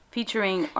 Featuring